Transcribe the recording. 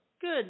Good